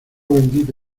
bendita